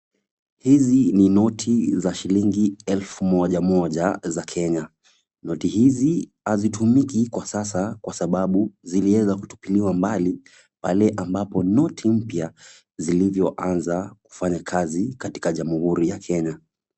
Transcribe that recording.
Hizi ni noti za shillingi elfu moja moja za Kenya, noti hizi hazitumiki kwa sasa kwa sababu ziliweza kutupiliwa mbali pale ambapo noti mpya zilivyoanza kufanya kazi katika Jamhuri ya Kenya.